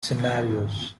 scenarios